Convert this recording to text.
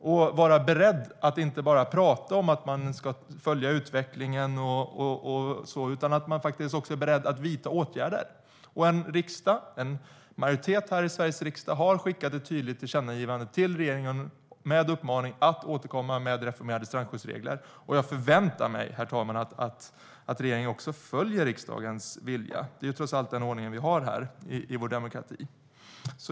Man måste vara beredd att inte bara prata om att man ska följa utvecklingen utan också vidta åtgärder. En majoritet här i Sveriges riksdag har skickat ett tydligt tillkännagivande till regeringen med uppmaning att återkomma med reformerade strandskyddsregler. Jag förväntar mig att regeringen följer riksdagens vilja. Det är trots allt den ordningen vi har här i vår demokrati.